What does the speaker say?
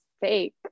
fake